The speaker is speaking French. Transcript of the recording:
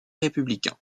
républicain